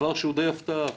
דבר שהוא די הפתעה.